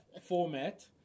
format